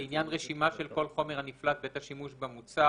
בעניין רשימה של כל חומר נפלט בעת השימוש במוצר,